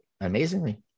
amazingly